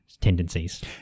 tendencies